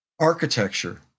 architecture